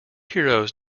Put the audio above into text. heroes